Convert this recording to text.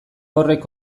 horrek